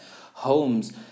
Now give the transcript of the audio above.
homes